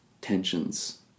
tensions